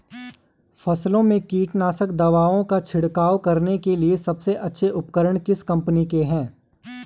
फसलों में कीटनाशक दवाओं का छिड़काव करने के लिए सबसे अच्छे उपकरण किस कंपनी के हैं?